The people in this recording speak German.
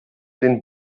den